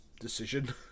decision